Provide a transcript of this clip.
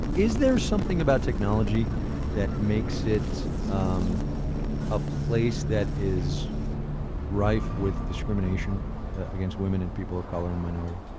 is there something about technology that makes it um a place that is rife with discrimination against women and people of color and minorities?